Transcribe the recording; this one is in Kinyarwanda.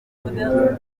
kurangirika